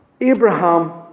Abraham